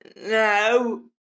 No